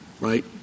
right